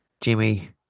Jimmy